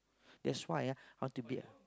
that's why ah I want to be